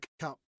cup